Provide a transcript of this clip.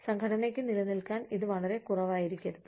സംഘടനയ്ക്ക് നിലനിൽക്കാൻ ഇത് വളരെ കുറവായിരിക്കരുത്